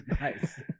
Nice